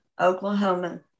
Oklahoma